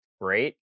great